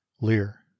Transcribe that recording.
lear